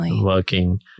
working